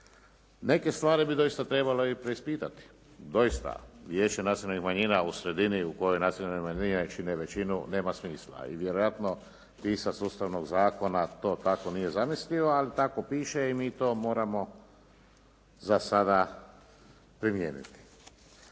Neke stvari bi doista trebalo i preispitati. Doista, Vijeće nacionalnih manjina u sredini u kojoj nacionalne manjine čine većinu nema smisla i vjerojatno pisac ustavnog zakona to tako nije zamislio, ali tako piše i mi to moramo za sada primijeniti.